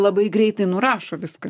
labai greitai nurašo viską